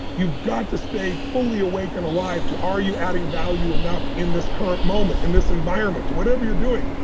you've got to stay fully awaken and alive to, are you adding value enough in this current moment, in this environment to whatever you're doing?